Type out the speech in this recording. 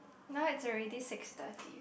now it's already six thirty